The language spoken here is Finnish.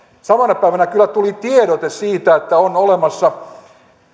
samana päivänä kyllä tuli tiedote siitä että on olemassa